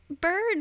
bird